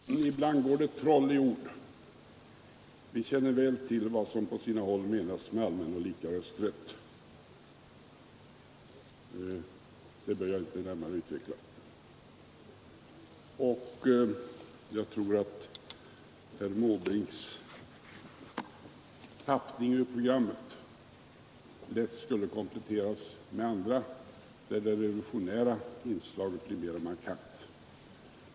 Herr talman! Ibland går det troll i ord. Vi känner väl till vad som på sina håll menas med allmän och lika rösträtt — det behöver jag inte närmare utveckla. Och jag tror att herr Måbrinks tappning ur protokollet lätt skulle kunna kompletteras med andra, där det revolutionära inslaget blir mera markant.